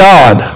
God